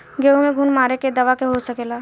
गेहूँ में घुन मारे के का दवा हो सकेला?